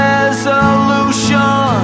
Resolution